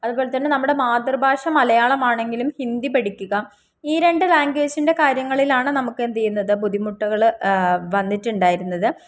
അതുപോലെ തന്നെ നമ്മുടെ മാതൃഭാഷ മലയാളമാണെങ്കിലും ഹിന്ദി പഠിക്കുക ഈ രണ്ട് ലാംഗ്വേജിൻ്റെ കാര്യങ്ങളിലാണ് നമുക്ക് എന്തുചെയ്യുന്നത് ബുദ്ധിമുട്ടുകള് വന്നിട്ടുണ്ടായിരുന്നത്